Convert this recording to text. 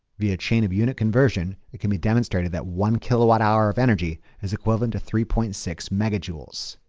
via chain of unit conversion, it can be demonstrated that one-kilowatt hour of energy is equivalent to three point six mega-joules.